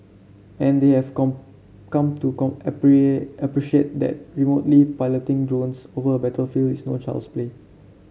and they have come come to appreciate that remotely piloting drones over a battlefield is no child's play